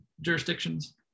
jurisdictions